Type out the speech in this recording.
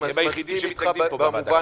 זה הסכם היחידי --- פה בוועדה.